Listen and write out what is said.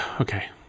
Okay